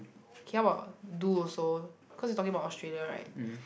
K how about do also cause you talking about Australia right